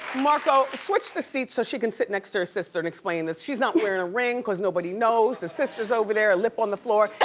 marco, switch the seat so she can sit next to her sister and explain this. she's not wearing a ring cause nobody knows, the sister's over there, a lip on the floor.